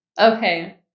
Okay